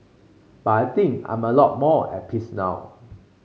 but I think I'm a lot more at peace now